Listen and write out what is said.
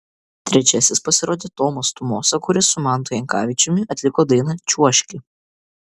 trečiasis pasirodė tomas tumosa kuris su mantu jankavičiumi atliko dainą čiuožki